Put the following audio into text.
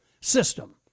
system